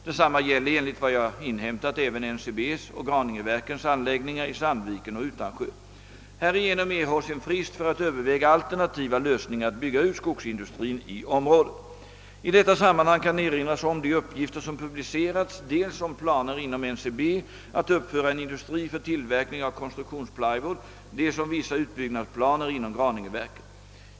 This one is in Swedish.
Detsamma gäller enligt vad jag inhämtat även NCB:s och Graningeverkens anläggningar i Sandviken och Utansjö. Härigenom erhålls en frist för att överväga alternativa lösningar att bygga ut skogsindustrin i området. I detta sammanhang kan erinras om de uppgifter som publicerats dels om planer inom NCB att uppföra en industri för tillverkning av konstruktionsplywood, dels om vissa utbyggnadsplaner inom Graningeverken.